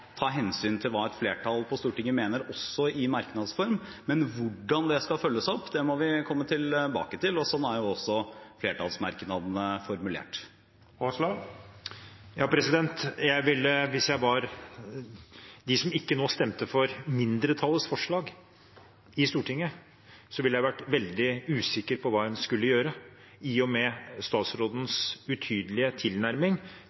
ta hensyn til hva et flertall på Stortinget mener i merknads form, men hvordan det skal følges opp, må vi komme tilbake til. Sånn er jo også flertallsmerknadene formulert. Hvis jeg var blant dem som nå ikke stemte for mindretallets forslag i Stortinget, ville jeg vært veldig usikker på hva jeg skulle gjøre, i og med